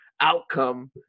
outcome